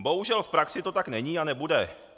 Bohužel v praxi to tak není a nebude.